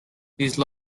these